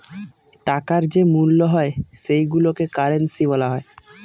টাকার যে মূল্য হয় সেইগুলোকে কারেন্সি বলা হয়